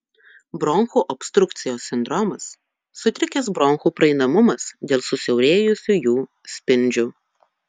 bronchų obstrukcijos sindromas sutrikęs bronchų praeinamumas dėl susiaurėjusių jų spindžių